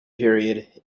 period